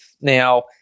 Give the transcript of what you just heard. now